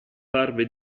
parve